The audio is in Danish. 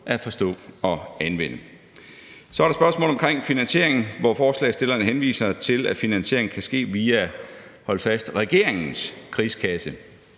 at forstå og anvende. Så er der spørgsmålet omkring finansiering, hvor forslagsstillerne henviser til at finansieringen kan ske via – hold fast – regeringens krigskasse.